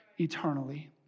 eternally